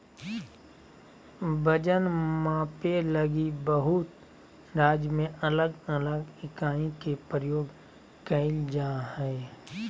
वजन मापे लगी बहुत राज्य में अलग अलग इकाई के प्रयोग कइल जा हइ